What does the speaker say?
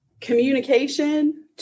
Communication